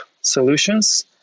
solutions